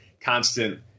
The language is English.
constant